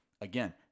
Again